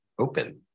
open